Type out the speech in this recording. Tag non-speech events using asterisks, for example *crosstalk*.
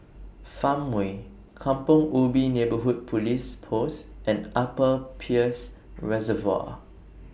Farmway Kampong Ubi Neighbourhood Police Post and Upper Peirce Reservoir *noise*